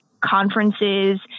conferences